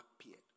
appeared